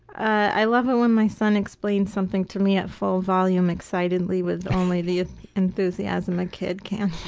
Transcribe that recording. i love it when my son explains something to me at full volume, excitedly with only the enthusiasm a kid can.